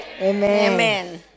Amen